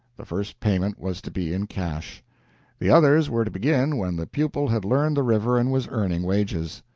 the first payment was to be in cash the others were to begin when the pupil had learned the river and was earning wages.